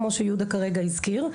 כמו שיהודה כרגע הזכיר.